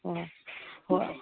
ꯍꯣꯏ ꯍꯣꯏ